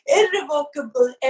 irrevocable